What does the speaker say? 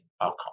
outcome